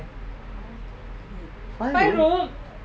five room